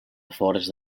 afores